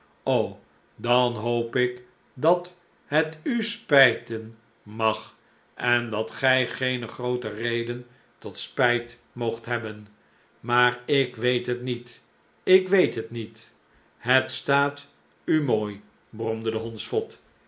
dan hoop ik dat het u spijten mag en dat gij geene grootere reden tot spijt moogt hebben maar ik weet het niet ik weet het niet het staat u mooi